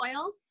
oils